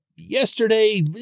Yesterday